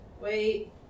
Wait